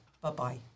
Bye-bye